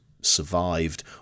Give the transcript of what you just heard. survived